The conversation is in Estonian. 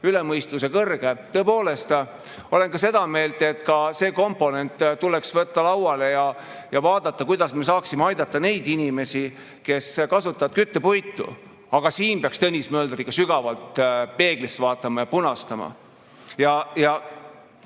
üle mõistuse kõrge. Tõepoolest, olen ka seda meelt, et ka see komponent tuleks võtta lauale ja vaadata, kuidas me saaksime aidata neid inimesi, kes kasutavad küttepuitu. Aga siin peaks Tõnis Mölder ikka sügavalt peeglisse vaatama, punastama